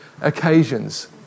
occasions